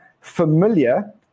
familiar